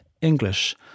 English